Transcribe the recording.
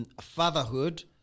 fatherhood